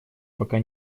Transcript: пока